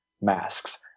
masks